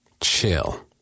Chill